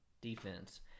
defense